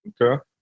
Okay